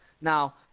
Now